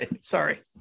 Sorry